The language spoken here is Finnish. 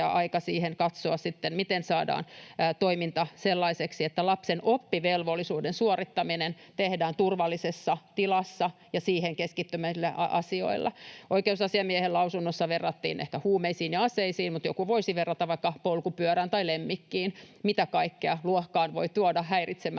aika sitten katsoa, miten saadaan toiminta sellaiseksi, että lapsen oppivelvollisuuden suorittaminen tehdään turvallisessa tilassa ja siihen keskittyvillä asioilla. Oikeusasiamiehen lausunnossa sitä verrattiin ehkä huumeisiin ja aseisiin, mutta joku voisi verrata vaikka polkupyörään tai lemmikkiin: mitä kaikkea luokkaan voi tuoda häiritsemään